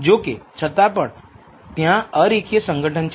જોકે છતાં પણ ત્યાં અરેખીય સંગઠન છે